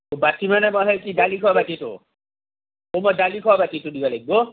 বাটি মানে মানে কি দালি খোৱা বাটিটো ও মই দালি খোৱা বাটিটো দিব লাগিব